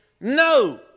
no